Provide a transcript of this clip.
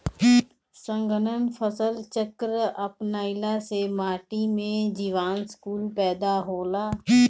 सघन फसल चक्र अपनईला से माटी में जीवांश कुल पैदा होला